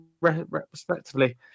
respectively